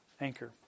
anchor